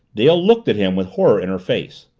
dale looked at him with horror in her face.